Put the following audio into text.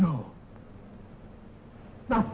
no no